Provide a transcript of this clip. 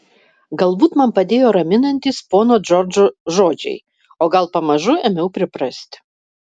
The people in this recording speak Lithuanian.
galbūt man padėjo raminantys pono džordžo žodžiai o gal pamažu ėmiau priprasti